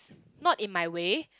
not in my way